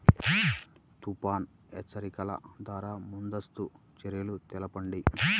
తుఫాను హెచ్చరికల ద్వార ముందస్తు చర్యలు తెలపండి?